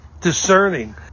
discerning